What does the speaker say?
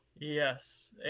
Yes